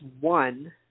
one